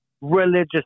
religious